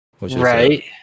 right